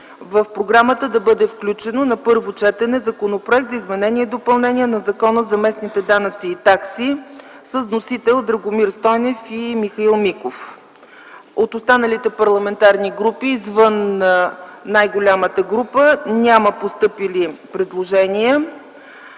в програмата да бъде включен на първо четене Законопроект за изменение и допълнение на Закона за местните данъци и такси с вносители народните представители Драгомир Стойнев и Михаил Миков. От останалите парламентарни групи, извън най голямата група, няма постъпили предложения.